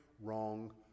wrong